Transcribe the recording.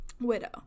widow